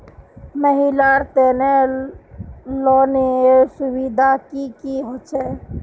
महिलार तने लोनेर सुविधा की की होचे?